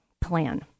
plan